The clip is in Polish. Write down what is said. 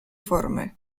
formy